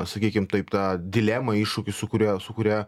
sakykim taip tą dilemą iššūkį su kuriuo su kuria